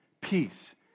peace